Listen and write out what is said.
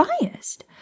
biased